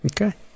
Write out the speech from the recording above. Okay